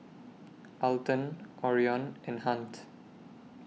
Alton Orion and Hunt